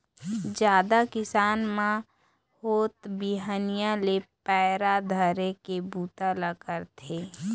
जादा किसान मन होत बिहनिया ले पैरा धरे के बूता ल करथे